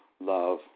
love